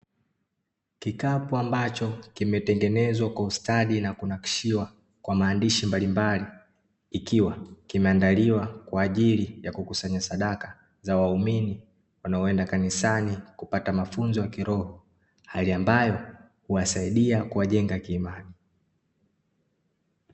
Kikapu ambacho kimetengenezwa kwa ustadi na kunakshiwa kwa maandishi mbalimbali, ikiwa kimeandaliwa kwa ajili ya kukusanya sadaka za waumini wanaoenda kanisani kupata mafunzo ya kiroho, hali ambayo huwasaidia kuwajenga kiimani.